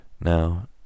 now